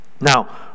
Now